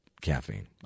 caffeine